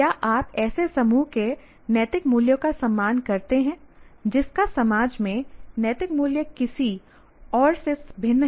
क्या आप ऐसे समूह के नैतिक मूल्यों का सम्मान करते हैं जिसका समाज में नैतिक मूल्य किसी और से भिन्न है